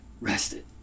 rested